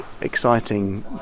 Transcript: exciting